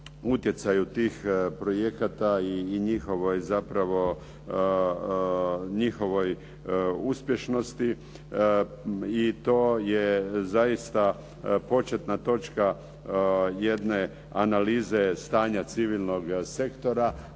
njihovoj zapravo, njihovoj uspješnosti i to je zaista početna točka jedne analize stanja civilnog sektora,